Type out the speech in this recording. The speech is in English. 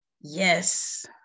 Yes